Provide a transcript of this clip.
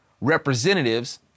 representatives